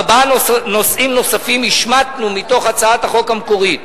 ארבעה נושאים נוספים השמטנו מהצעת החוק המקורית